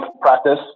practice